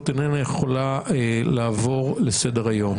איננה יכולה לעבור עליו לסדר היום.